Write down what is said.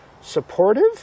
supportive